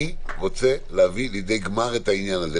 אני רוצה להביא לידי גמר את העניין הזה,